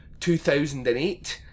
2008